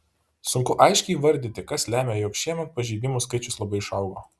sunku aiškiai įvardyti kas lemia jog šiemet pažeidimų skaičius labai išaugo